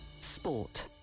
Sport